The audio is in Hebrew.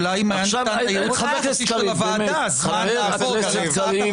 אולי אם היה ניתן הייעוץ --- לוועדה --- חבר הכנסת קריב.